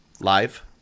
live